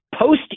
post